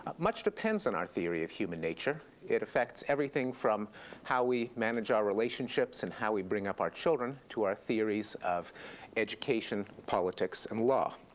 much depends on our theory of human nature. it affects everything from how we manage our relationships and how we bring up our children, to our theories of education, politics, and law.